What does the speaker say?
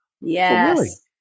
Yes